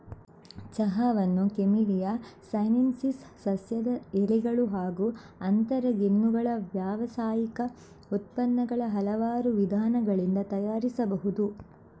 ಚಹಾವನ್ನು Camellia sinensis ಸಸ್ಯದ ಎಲೆಗಳು ಹಾಗೂ ಅಂತರಗೆಣ್ಣುಗಳ ವ್ಯಾವಸಾಯಿಕ ಉತ್ಪನ್ನಗಳ ಹಲವಾರು ವಿಧಾನಗಳಿಂದ ತಯಾರಿಸಬಹುದು